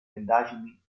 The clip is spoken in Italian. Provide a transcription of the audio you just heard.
indagini